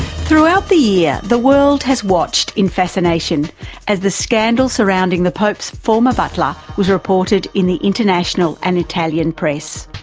throughout the year yeah the world has watched in fascination as the scandal surrounding the pope's former butler was reported in the international and italian press.